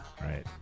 Right